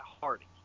Hardy